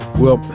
well,